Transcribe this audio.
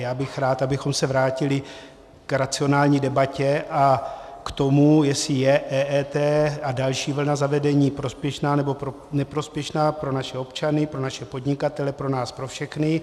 Já bych rád, abychom se vrátili k racionální debatě a k tomu, jestli je EET a další vlna zavedení prospěšná nebo neprospěšná pro naše občany, pro naše podnikatele, pro nás pro všechny.